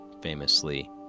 famously